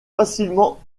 facilement